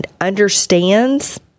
understands